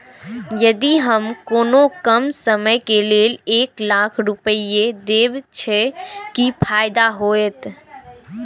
यदि हम कोनो कम समय के लेल एक लाख रुपए देब छै कि फायदा होयत?